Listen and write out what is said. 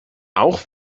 auch